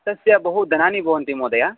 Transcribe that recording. तस्य बहु दनानि भवन्ति महोदय